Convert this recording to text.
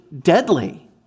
deadly